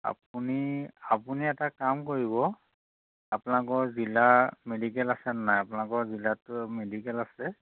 আপুনি আপুনি এটা কাম কৰিব আপোনালোকৰ জিলা মেডিকেল আছে নে নাই আপোনালোকৰ জিলাতটো মেডিকেল আছে